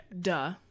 duh